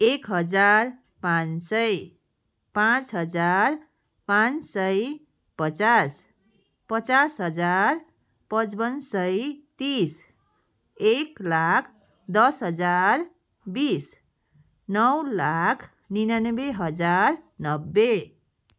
एक हजार पाँच सय पाँच हजार पाँच सय पचास पचास हजार पच्पन्न सय तिस एक लाख दस हजार बिस नौ लाख निनानब्बे हजार नब्बे